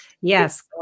Yes